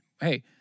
hey